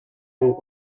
and